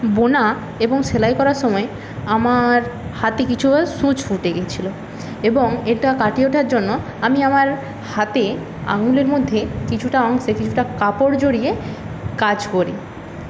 বোনা এবং সেলাই করার সময় আমার হাতে কিছু হয়ে সূঁচ ফুটে গেছিল এবং এটা কাটিয়ে ওঠার জন্য আমি আমার হাতে আঙুলের মধ্যে কিছুটা অংশে কিছুটা কাপড় জড়িয়ে কাজ করি